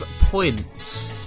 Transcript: points